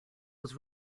was